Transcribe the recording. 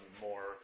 more